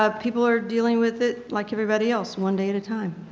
ah people are dealing with it like everybody else, one day at a time.